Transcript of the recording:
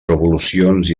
revolucions